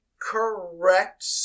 Correct